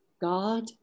God